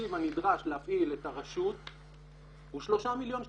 התקציב הנדרש להפעיל את הרשות הוא 3 מיליון שקלים.